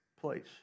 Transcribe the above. place